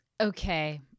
Okay